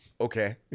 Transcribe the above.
Okay